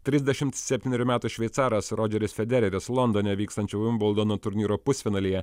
trisdešimt septynerių metų šveicaras rodžeris federeris londone vykstančio vimbldono turnyro pusfinalyje